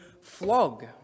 flog